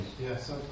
Yes